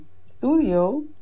studio